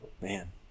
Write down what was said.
man